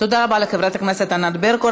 תודה רבה לחברת הכנסת ענת ברקו.